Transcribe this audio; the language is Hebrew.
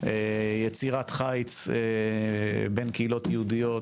יצירת חיץ בין קהילות יהודיות,